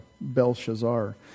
Belshazzar